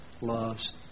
loves